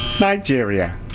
Nigeria